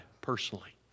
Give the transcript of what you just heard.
personally